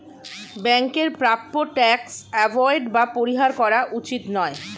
ব্যাংকের প্রাপ্য tax avoid বা পরিহার করা উচিত নয়